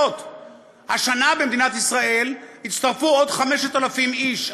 השנה במדינת ישראל הצטרפו עוד 5,000 איש,